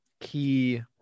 Key